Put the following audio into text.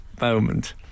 moment